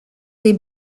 des